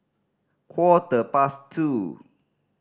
quarter past two